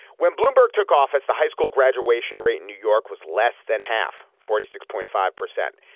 when bloomberg took office, the high school graduation rate in new york was less than half forty six point five percent.